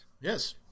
Yes